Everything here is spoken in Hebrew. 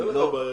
אז אין לך בעיה.